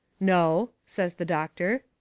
no, says the doctor.